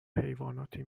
حیواناتی